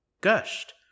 gushed